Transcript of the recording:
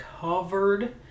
covered